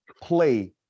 play